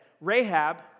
Rahab